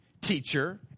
teacher